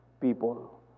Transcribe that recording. people